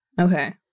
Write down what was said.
okay